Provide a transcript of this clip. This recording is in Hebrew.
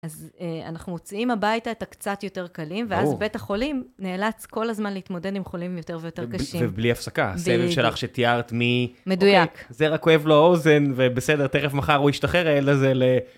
אז אנחנו מוציאים הביתה את הקצת יותר קלים, ואז בית החולים נאלץ כל הזמן להתמודד עם חולים יותר ויותר קשים. ובלי הפסקה, הסרט שלך שתיארת מ... מדויק. זה רק כואב לו האוזן, ובסדר, תכף מחר הוא ישתחרר, אלא זה ל...